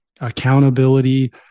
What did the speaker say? accountability